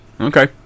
Okay